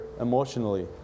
emotionally